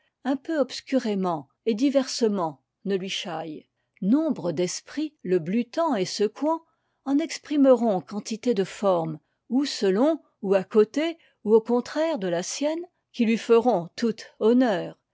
un peu obscurément et diversement ne lui chaille nombre d'esprits le blutant et secouant en exprimeront quantité de formes ou selon ou à côté ou au contraire de la sienne qui lui feront toutes honneur